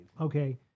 Okay